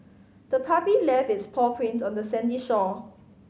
the puppy left its paw prints on the sandy shore